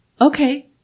Okay